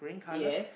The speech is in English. yes